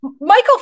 Michael